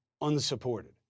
unsupported